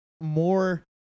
more